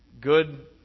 good